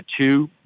two